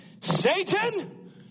Satan